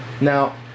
Now